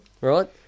right